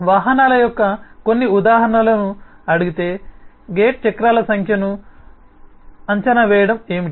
వాహనాల యొక్క కొన్ని ఉదాహరణలను అడిగితే గెట్ చక్రాల సంఖ్యను అంచనా వేయడం ఏమిటి